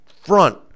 front